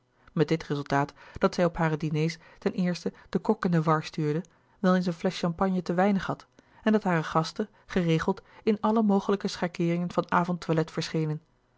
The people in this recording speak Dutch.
met dit resultaat dat zij op hare diners ten eerste den kok in de war stuurde wel eens een flesch champagne te weinig had en dat hare gasten geregeld in alle mogelijke schakeeringen van avondtoilet verschenen